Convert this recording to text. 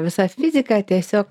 visa fizika tiesiog